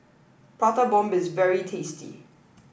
Prata Bomb is very tasty